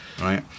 right